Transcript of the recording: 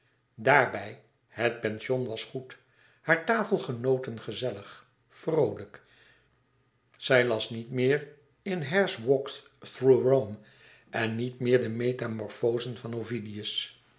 daarbij het pension was goed hare tafelgenooten gezellig vroolijk zij las niet meer hare's walks through rome en niet meer de metamorfozen van